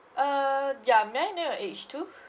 uh ya may I know your age too